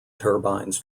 turbines